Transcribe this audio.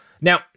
Now